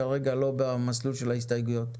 כרגע לא במסלול של ההסתייגויות.